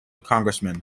congressman